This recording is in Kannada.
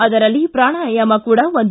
ಅದರಲ್ಲಿ ಪ್ರಾಣಾಯಾಮ ಕೂಡ ಒಂದು